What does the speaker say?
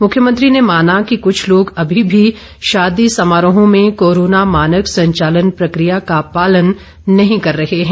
मुख्यमंत्री ने माना की कुछ लोग अभी भी शादी समारोहों में कोरोना मानक संचालन प्रक्रिया का पालन नही कर रहे हैं